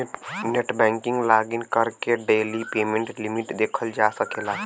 net banking login करके daily payment limit देखल जा सकला